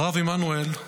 הרב עמנואל,